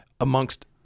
amongst